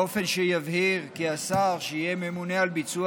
באופן שיבהיר כי השר שיהיה ממונה על ביצוע